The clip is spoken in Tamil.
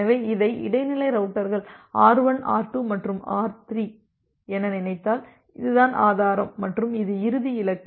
எனவே இதை இடைநிலை ரௌட்டர்கள் R1 R2 மற்றும் R3 என நினைத்தால் இதுதான் ஆதாரம் மற்றும் இது இறுதி இலக்கு